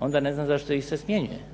onda ne znam zašto ih se smjenjuje.